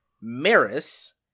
Maris